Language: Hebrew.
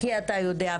כי אתה יודע,